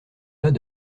pas